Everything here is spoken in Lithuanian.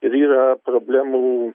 ir yra problemų